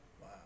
Wow